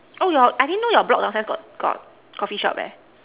oh your I didn't know your block down stair got Coffee shop